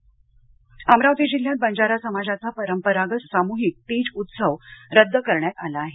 बंजारा तीज अमरावती जिल्ह्यात बंजारा समाजाचा परंपरागत सामूहिक तिज उत्सव रद्द करण्यात आला आहे